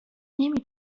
نمی